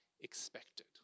expected